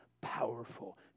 powerful